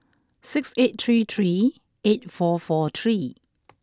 six eight three three eight four four three